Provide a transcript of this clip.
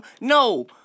No